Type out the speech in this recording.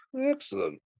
excellent